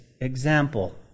example